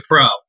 pro